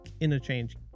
interchange